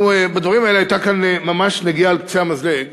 בדברים האלה הייתה כאן ממש נגיעה על קצה המזלג